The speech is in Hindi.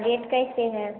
रेट कैसे है